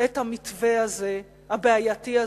את המתווה הבעייתי הזה,